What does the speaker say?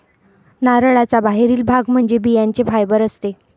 नारळाचा बाहेरील भाग म्हणजे बियांचे फायबर असते